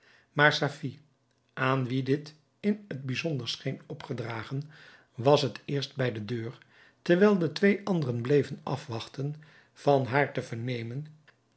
maar safie aan wie dit in het bijzonder scheen opgedragen was het eerst bij de deur terwijl de twee anderen bleven afwachten van haar te vernemen